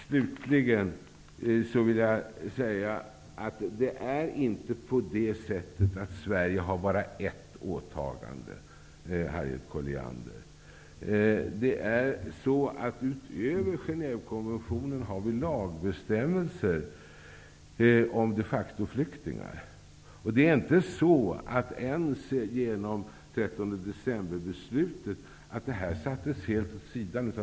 Sverige har inte bara ett åtagande, Harriet Colliander. Utöver Genèvekonventionen har vi lagbestämmelser om de facto-flyktingar. Inte ens genom 13 december-beslutet sattes dessa bestämmelser helt åt sidan.